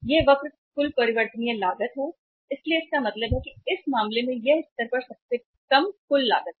यह वक्र कुल परिवर्तनीय लागत है इसलिए इसका मतलब है कि इस मामले में यह इस स्तर पर सबसे कम कुल लागत है